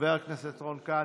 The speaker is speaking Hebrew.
חבר הכנסת רון כץ,